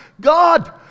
god